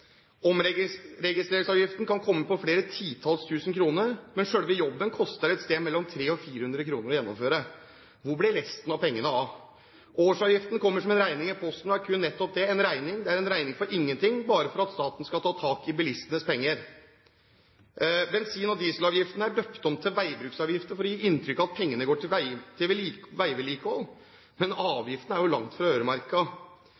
kan komme på flere titalls tusen kroner, men selve jobben koster et sted mellom 300 og 400 kr å gjennomføre. Hvor blir resten av pengene av? Årsavgiften kommer som en regning i posten og er kun nettopp det – en regning. Det er en regning for ingenting, bare for at staten skal få tak i bilistenes penger. Bensin- og dieselavgiften er døpt om til veibruksavgift for å gi inntrykk av at pengene går til